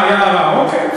היה ערר, אוקיי.